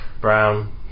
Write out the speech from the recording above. brown